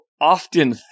often